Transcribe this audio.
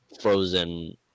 frozen